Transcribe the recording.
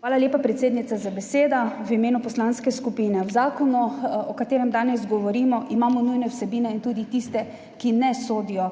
Hvala lepa, predsednica, za besedo. V imenu poslanske skupine. V zakonu, o katerem danes govorimo, imamo nujne vsebine in tudi tiste, ki ne sodijo